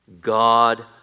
God